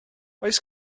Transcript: oes